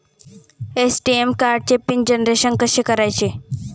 ATM कार्डचे pin generation कसे करायचे?